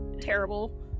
terrible